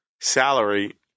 salary